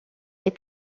est